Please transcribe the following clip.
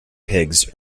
pigs